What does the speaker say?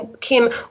Kim